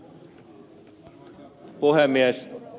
arvoisa puhemies